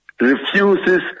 refuses